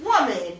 woman